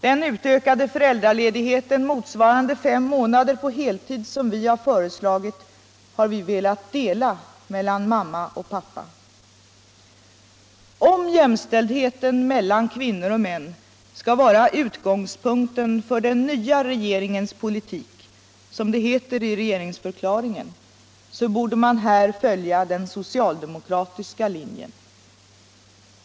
Den utökade föräldraledigheten motsvarande fem månader på heltid, som vi föreslagit, har vi velat dela mellan mamma och pappa. Om jämställdheten mellan kvinnor och män skall vara utgångspunkten för den nya regeringens politik — som det heter i regeringsförklaringen — så borde mäan följa den socialdemokratiska linjen.